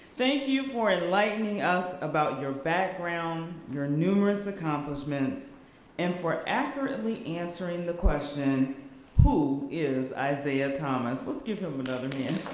thank you for enlightening us about your background, your numerous accomplishments and for accurately answering the question who is isaiah thomas, let's give him another hand.